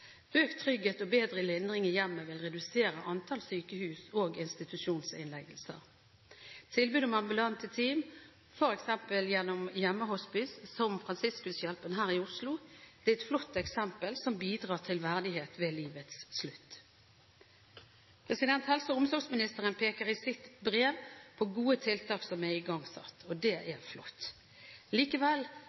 Økt trygghet og bedre lindring i hjemmet vil redusere antall sykehus- og institusjonsinnleggelser. Tilbud om ambulante team, f.eks. gjennom hjemmehospice, som Fransiskushjelpen her i Oslo, er et flott eksempel som bidrar til verdighet ved livets slutt. Helse- og omsorgsministeren peker i sitt brev på gode tiltak som er igangsatt. Det er flott. Likevel